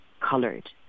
colored